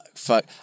Fuck